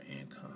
income